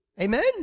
Amen